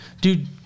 dude